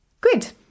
good